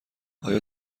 آیا